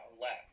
left